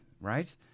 right